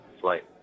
Flight